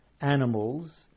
animals